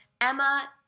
Emma